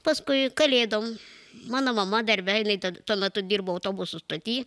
paskui kalėdom mano mama darbe jinai tuo metu dirbo autobusų stoty